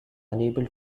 unable